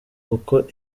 kuko